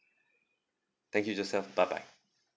thank you joseph bye bye